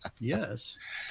Yes